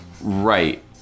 Right